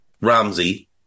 Ramsey